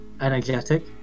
energetic